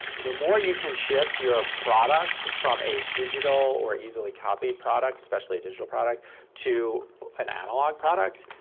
the more you can shift your product from a digital or easily-copied product especially a digital product to an analog product,